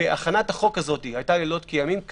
הכנת החוק הזאת הייתה לילות כימים.